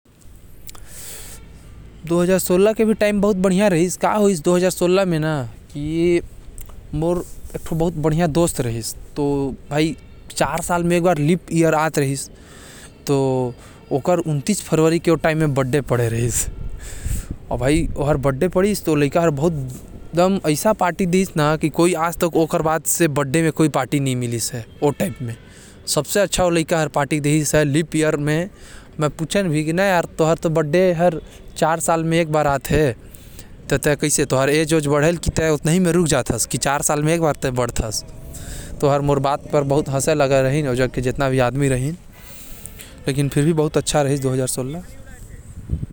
दु हजार सोलह म मोर एक दोस्त रहिस जेकर जन्मदिन हर उन्तीस फरवरी के आथे, तो ओ हर बहुत बड़िया पार्टी देहे रहिस, ऐइसा पार्टी फिर अभी तक मोर कोई दोस्त नही देहिस हवे।